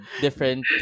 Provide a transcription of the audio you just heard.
different